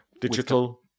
Digital